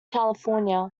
california